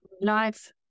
life